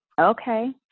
Okay